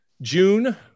june